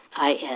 I-S